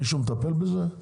מישהו מטפל בזה?